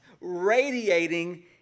radiating